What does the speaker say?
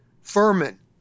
Furman